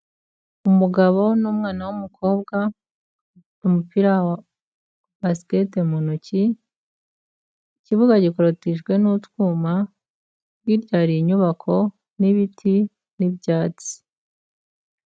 Umugabo n'umwana w'umukobwa ufite umupira wa basiketi mu ntoki, ikibuga gikorotijwe n'utwuma, hirya hari inyubako n'ibiti n'ibyatsi.